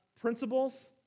principles